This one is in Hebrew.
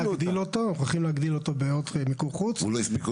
מוכרחים להגדיל אותו בעוד מיקור חוץ וכו'.